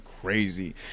crazy